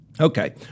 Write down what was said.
Okay